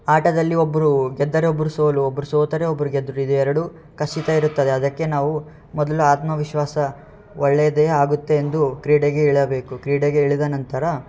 ಆಟದಲ್ಲಿ ಒಬ್ಬರು ಗೆದ್ದರೆ ಒಬ್ರು ಸೋಲು ಒಬ್ರು ಸೋತರೆ ಒಬ್ರು ಗೆದ್ದರು ಇದೆರಡು ಕಸಿತ ಇರುತ್ತದೆ ಅದಕ್ಕೆ ನಾವು ಮೊದಲು ಆತ್ಮವಿಶ್ವಾಸ ಒಳ್ಳೆಯದೆ ಆಗುತ್ತೆ ಎಂದು ಕ್ರೀಡೆಗೆ ಇಳಿಬೇಕು ಕ್ರೀಡೆಗೆ ಇಳಿದ ನಂತರ